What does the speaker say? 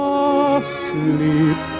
asleep